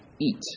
Eat